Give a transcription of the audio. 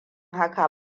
haka